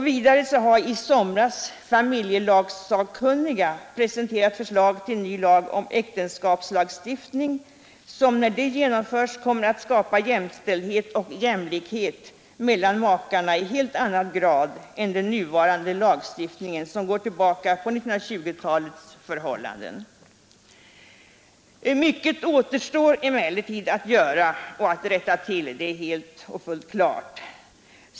Vidare har i somras familjelagssakkunniga presenterat förslag till ny äktenskapslagstiftning som när det genomförs kommer att skapa jämställdhet och jämlikhet mellan makarna i helt annan grad än den nuvarande lagstiftningen som går tillbaka på 1920-talets förhållanden. Mycket återstår emellertid att göra och att rätta till — det är helt klart.